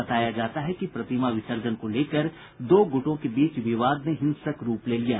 बताया जाता है कि प्रतिमा विसर्जन को लेकर दो गूटों के बीच विवाद ने हिंसक रूप ले लिया